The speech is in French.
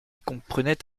comprenait